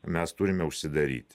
mes turime užsidaryt